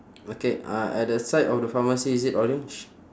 okay uh at the side of the pharmacy is it orange